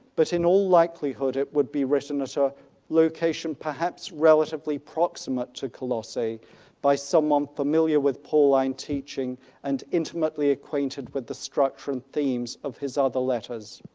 but in all likelihood it would be written at a so location perhaps relatively proximate to colossae by someone familiar with pauline teaching and intimately acquainted with the structure and themes of his other letters.